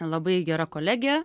labai gera kolegė